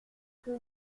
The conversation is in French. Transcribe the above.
que